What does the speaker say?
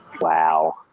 Wow